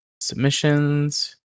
Submissions